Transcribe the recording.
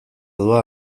doa